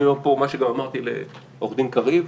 אני אומר פה מה שגם אמרתי לעו"ד קריב,